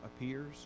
appears